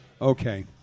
okay